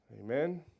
Amen